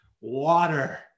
water